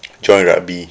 join rugby